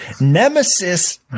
Nemesis